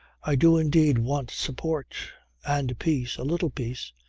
i do indeed want support and peace. a little peace.